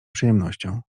przyjemnością